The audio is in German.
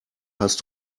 hast